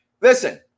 listen